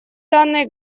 данной